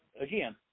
again